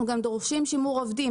אנחנו גם דורשים שימור עובדים.